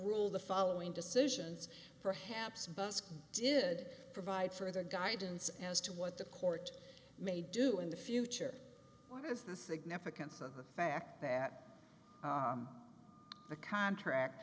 rule the following decisions perhaps busk did provide further guidance as to what the court may do in the future what is the significance of the fact that the contract